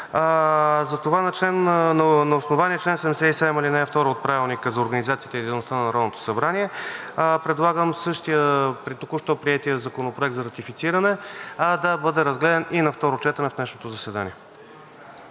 затова на основание чл. 77, ал. 2 от Правилника за организацията и дейността на Народното събрание предлагам току-що приетият Законопроект за ратифициране да бъде разгледан и на второ четене в днешното заседание.